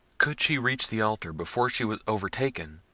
could she reach the altar before she was overtaken,